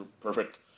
perfect